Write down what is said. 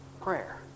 prayer